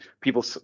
people